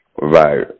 Right